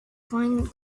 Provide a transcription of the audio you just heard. find